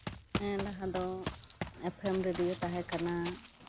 ᱱᱤᱭᱟᱹ ᱞᱟᱦᱟ ᱫᱚ ᱮᱯᱷᱮᱢ ᱨᱮᱰᱤᱭᱳ ᱛᱟᱦᱮᱸᱠᱟᱱᱟ